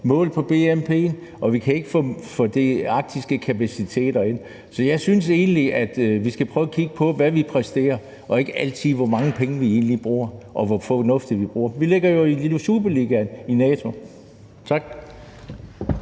målt på bnp, og at vi ikke kan få de arktiske kapaciteter ind. Så jeg synes egentlig, at vi skal prøve at kigge på, hvad vi præsterer, og ikke altid, hvor mange penge vi egentlig bruger, og hvor fornuftigt vi bruger dem. Vi ligger jo lige nu i superligaen i NATO. Tak.